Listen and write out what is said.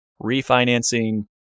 refinancing